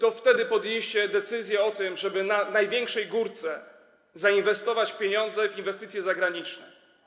To wtedy podjęliście decyzję o tym, żeby na największej górce zainwestować pieniądze w inwestycje zagraniczne.